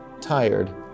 tired